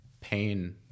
pain